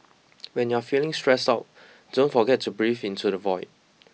when you are feeling stressed out don't forget to breathe into the void